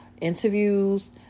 interviews